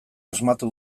asmatu